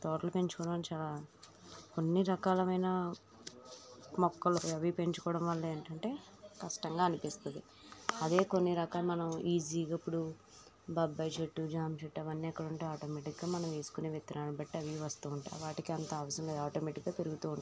తోటలు పెంచుకోవడం చాలా కొన్ని రకాలమైన మొక్కలు అవి పెంచుకోవడం వల్ల ఏంటంటే కష్టంగా అనిపిస్తుంది అదే కొన్ని రకాల మనం ఈజీగా ఇప్పుడు బొబ్బాయి చెట్టు జామా చెట్టు అవన్నీ ఎక్కడ ఉంటే ఆటోమెటిక్గా మనం వేసుకునే విత్తనాలను బట్టి అవి వస్తూ ఉంటాయి వాటికి అంత అవసరంలేదు ఆటోమెటిక్గా పెరుగుతూ ఉంటాయి